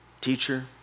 teacher